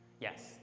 Yes